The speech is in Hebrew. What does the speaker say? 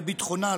לביטחונה,